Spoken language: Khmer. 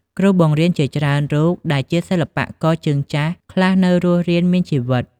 គ្រូបង្រៀនជាច្រើនរូបដែលជាសិល្បករជើងចាស់ខ្លះនៅរស់រានមានជីវិត។